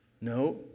No